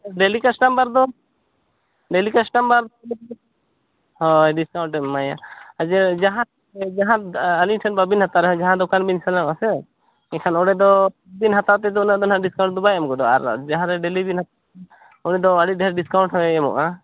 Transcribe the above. daily customer ᱫᱚ daily customer ᱦᱳᱭ discount ᱮᱢ ᱮᱢᱟᱭᱟ ᱟᱨ ᱡᱮ ᱡᱟᱦᱟᱸ ᱡᱟᱦᱟᱸ ᱟᱹᱞᱤᱧ ᱴᱷᱮᱱ ᱵᱟᱵᱮᱱ ᱦᱟᱛᱟᱣ ᱨᱮᱦᱚᱸ ᱡᱟᱦᱟᱱ ᱫᱚᱠᱟᱱ ᱵᱮᱱ ᱥᱮᱱᱚᱜ ᱟᱥᱮ ᱮᱱᱠᱷᱟᱱ ᱚᱸᱰᱮ ᱫᱚ ᱵᱤᱱ ᱦᱟᱛᱟᱣ ᱛᱮᱫᱚ ᱩᱱᱟᱹᱜ ᱱᱟᱦᱟᱜ ᱰᱤᱥᱠᱟᱭᱩᱱᱴ ᱫᱚ ᱵᱟᱭ ᱮᱢ ᱜᱚᱫᱚᱜᱼᱟ ᱟᱨ ᱡᱟᱦᱟᱸ ᱨᱮ ᱰᱮᱞᱤ ᱵᱮᱱ ᱦᱟᱛᱟᱣᱟ ᱩᱱᱤ ᱫᱚ ᱟᱹᱰᱤ ᱰᱷᱮᱨ ᱰᱤᱥᱠᱟᱩᱱᱴ ᱦᱚᱭ ᱮᱢᱚᱜᱼᱟ